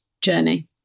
journey